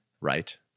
right